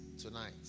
tonight